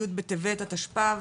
2021, י' בטבת התשפ"ב.